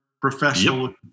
professional